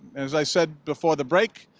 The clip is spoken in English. as i said before the break,